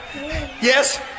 Yes